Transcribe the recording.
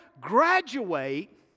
graduate